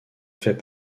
fait